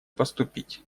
поступить